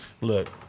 look